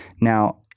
Now